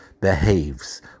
behaves